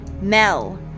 Mel